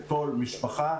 לכל משפחה,